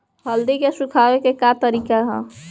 हल्दी के सुखावे के का तरीका ह?